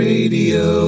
Radio